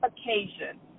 occasion